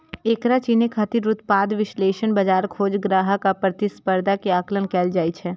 एकरा चिन्है खातिर उत्पाद विश्लेषण, बाजार खोज, ग्राहक आ प्रतिस्पर्धा के आकलन कैल जाइ छै